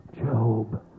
Job